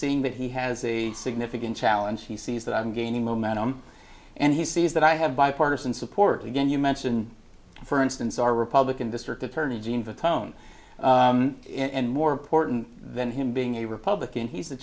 seeing that he has a significant challenge he sees that i'm gaining momentum and he sees that i have bipartisan support again you mention for instance our republican district attorney gene the town and more important than him being a republican he's the